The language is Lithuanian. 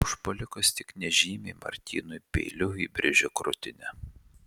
užpuolikas tik nežymiai martynui peiliu įbrėžė krūtinę